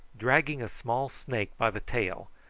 dragging a small snake by the tail,